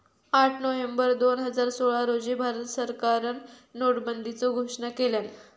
आठ नोव्हेंबर दोन हजार सोळा रोजी भारत सरकारान नोटाबंदीचो घोषणा केल्यान